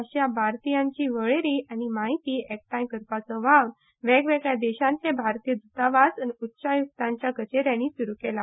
अशा भारतीयांची वळेरी आनी म्हायती एकठांय करपाचो वावर वेगवेगळ्या देशांतले भारतीय दुतावास आनी उच्चायुक्तांच्या कचे यांनी सुरू केला